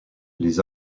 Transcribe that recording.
les